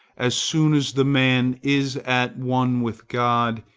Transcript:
as soon as the man is at one with god,